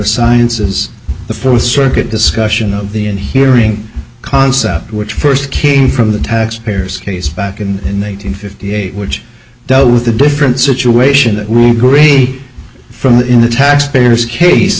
science is the fourth circuit discussion of the hearing concept which first came from the taxpayers case back in nineteen fifty eight which dealt with a different situation that greatly from the in the taxpayer's case